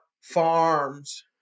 farms